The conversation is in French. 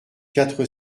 quatre